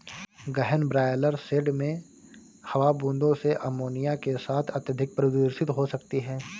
गहन broiler shed में हवा बूंदों से अमोनिया के साथ अत्यधिक प्रदूषित हो सकती है